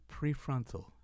prefrontal